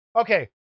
Okay